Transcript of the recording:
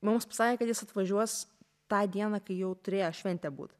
mums pasakė kad jis atvažiuos tą dieną kai jau turėjo šventė būt